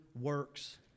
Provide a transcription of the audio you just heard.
works